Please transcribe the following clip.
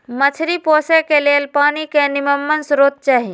मछरी पोशे के लेल पानी के निम्मन स्रोत चाही